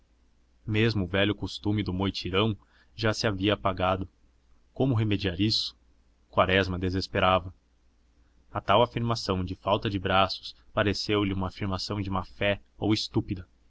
o velho costume do moitirão já se havia apagado como remediar isso quaresma desesperava a tal afirmação de falta de braços pareceu-lhe uma afirmação de má fé ou estúpida